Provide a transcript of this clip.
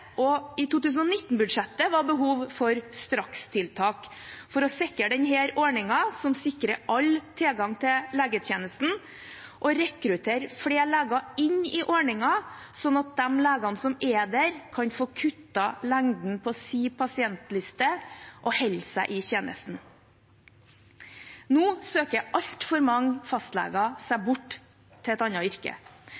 og i 2019-budsjettet, var behov for strakstiltak for å sikre denne ordningen som sikrer alle tilgang til legetjenesten, og for å rekruttere flere leger inn i ordningen, sånn at de legene som er der, kan få kuttet lengden på sin pasientliste og holder seg i tjenesten. Nå søker altfor mange fastleger seg